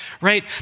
right